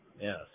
Yes